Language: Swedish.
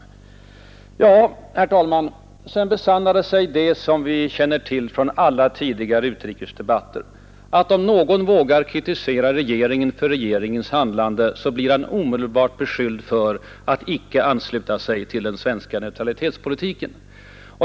Sedan, herr talman, besannades det som vi känner till från alla tidigare utrikesdebatter, att om någon vågar kritisera regeringen för dåligt bedriven utrikespolitik så blir han omedelbart beskylld för att icke ansluta sig till den svenska neutralitetspolitiken.